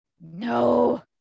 no